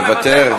הפעם מוותר.